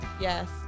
Yes